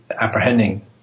apprehending